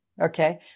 Okay